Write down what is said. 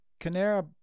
Canara